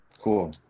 Cool